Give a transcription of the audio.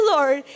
Lord